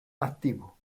activo